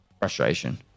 frustration